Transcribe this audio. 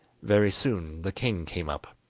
very soon the king came up.